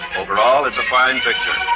overall it's a fine picture.